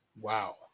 Wow